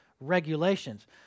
regulations